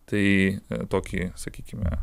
tai tokį sakykime